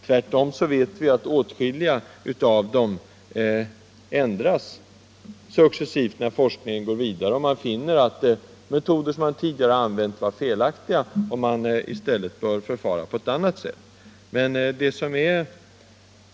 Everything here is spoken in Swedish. Tvärtom vet vi att åtskilligt ändras successivt när forskningen går vidare och man finner att metoder som tidigare använts är felaktiga och att man i stället bör förfara på annat sätt.